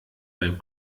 beim